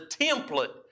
template